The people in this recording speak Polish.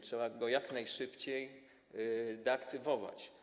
Trzeba go jak najszybciej deaktywować.